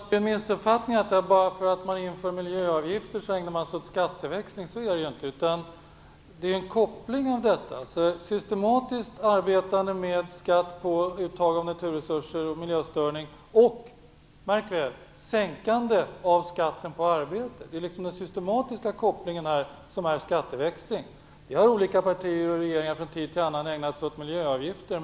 Fru talman! Det är en missuppfattning att man ägnar sig åt skatteväxling bara därför att man inför miljöavgifter. Så är det inte, utan det är fråga om en koppling mellan att systematiskt arbeta med skatter på uttag av naturresurser och på miljöstörande verksamhet och - märk väl - att sänka skatten på arbete. Det är den systematiska kopplingen som är skatteväxling. Olika partier och regeringar har tid efter annan ägnat sig åt miljöavgifter.